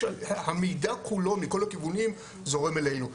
שהמידע כולו מכל הכיוונים זורם אלינו.